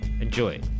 Enjoy